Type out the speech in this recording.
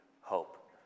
hope